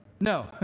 No